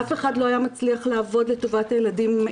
אף אחד לא היה מצליח לעבוד לטובת הילדים לבד.